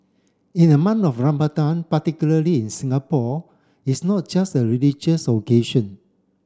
in the month of Ramadan particularly in Singapore it's not just a religious occasion